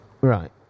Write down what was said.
Right